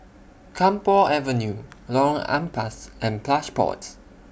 Camphor Avenue Lorong Ampas and Plush Pods